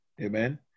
Amen